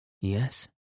Yes